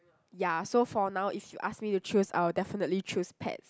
ya so for now if you ask me to choose I will definitely choose pets